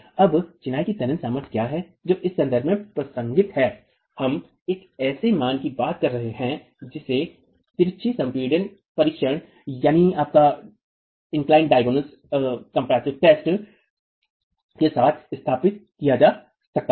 अब चिनाई की तनन सामर्थ्य क्या है जो इस संदर्भ में प्रासंगिक है हम एक ऐसे मान की बात कर रहे हैं जिसे तिरछे संपीड़न परीक्षण की तरह परीक्षण के साथ स्थापित किया जा सकता है